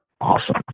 awesome